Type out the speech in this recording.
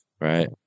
right